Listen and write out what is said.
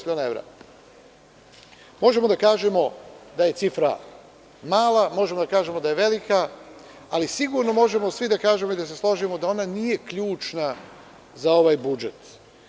Možemo da kažemo da je cifra mala, možemo da kažemo da je velika, ali sigurno možemo svi da se složimo da ona nije ključna za ovaj budžet.